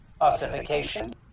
Ossification